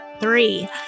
three